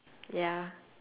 ya